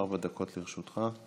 ארבע דקות לרשותך.